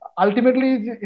ultimately